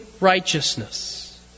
righteousness